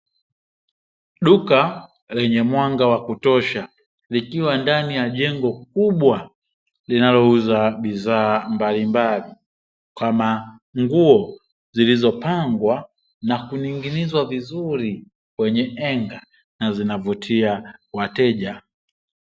Duka lenye mwanga wa kutosha likiwa ndani ya jengo kubwa, linalouza bidhaa mbalimbali kama nguo zilizopangwa na kuning'inizwa vizuri, kwenye enga na zinavutia wateja.